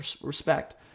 respect